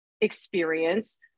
experience